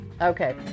Okay